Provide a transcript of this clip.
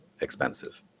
expensive